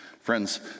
Friends